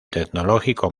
tecnológico